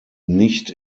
nicht